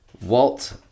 Walt